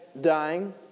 dying